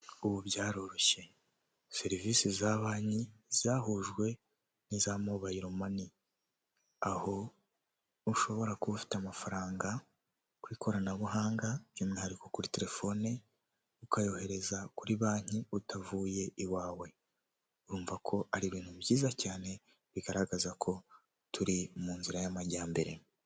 Ubu byaroroshye serivisi za banki zahujwe n'iza mobayilo moni, aho ushobora kuba ufite amafaranga ku ikoranabuhanga by'umwihariko kuri telefone ukayohereza kuri banki utavuye iwawe, urumva ko ari ibintu byiza cyane bigaragaza ko turi mu nzira y'amajyambere.